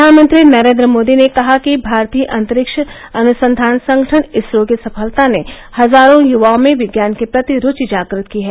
प्रधानमंत्री नरेन्द्र मोदी ने कहा कि भारतीय अंतरिक्ष अनुसंधान संगठन इसरो की सफलता ने हजारों युवाओं में विज्ञान के प्रति रुचि जागृत की है